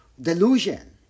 delusion